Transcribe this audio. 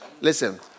Listen